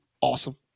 awesome